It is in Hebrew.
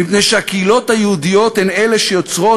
מפני שהקהילות היהודיות הן אלה שיוצרות